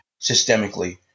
systemically